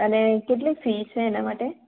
અને કેટલી ફી છે એના માટે